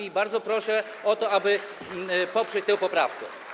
I bardzo proszę o to, aby poprzeć tę poprawkę.